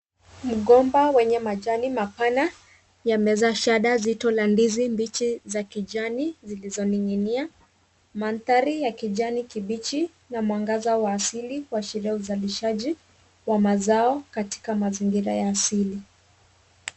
Mgomba wenye majani mapana yamezaa shada nzito la ndizi mbichi za kijani zilizoning'inia. Mandhari ya kijani kibichi na mwangaza wa asili kuashiria uzalishaji wa mazao katika mazingira ya asili.